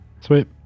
Sweet